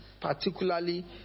particularly